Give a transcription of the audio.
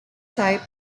type